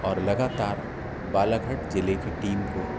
और लगातार बालाघाट जिले की टीम को